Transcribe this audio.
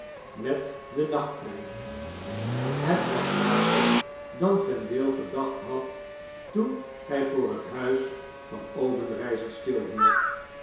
met den nachttrein het was later dan vendale gedacht had toen eene waarsohuwing hy voor het huis van obenreizer